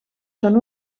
són